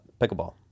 pickleball